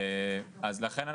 לכן,